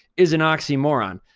is an oxymoron.